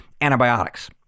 antibiotics